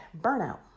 Burnout